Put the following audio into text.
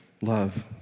love